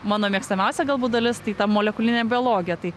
mano mėgstamiausia galbūt dalis tai ta molekulinė biologija tai